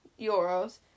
euros